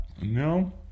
No